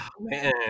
Man